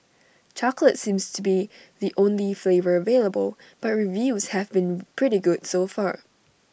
chocolate seems to be the only flavour available but reviews have been pretty good so far